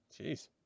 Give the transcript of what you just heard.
Jeez